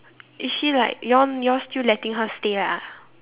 is she like you all you all still letting her stay lah